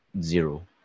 zero